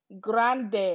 grande